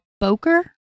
boker